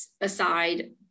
aside